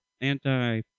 Anti-